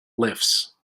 lifts